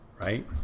right